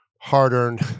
hard-earned